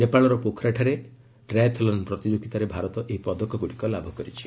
ନେପାଳର ପୋଖରାଠାରେ ଟ୍ରାୟାଥଲନ୍ ପ୍ରତିଯୋଗୀତାରେ ଭାରତ ଏହି ପଦକଗୁଡ଼ିକ ଲାଭ କରିଛି